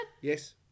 Yes